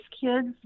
kids